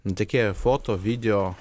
nutekėję foto video